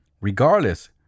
Regardless